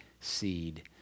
seed